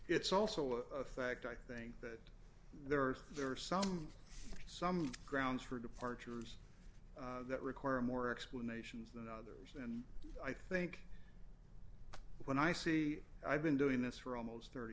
it's also a fact i think that there are there are some some grounds for departures that require more explanations than others and i think when i see i've been doing this for almost thirty